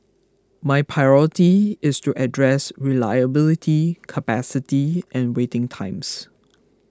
my priority is to address reliability capacity and waiting times